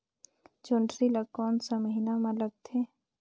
जोंदरी ला कोन सा महीन मां लगथे?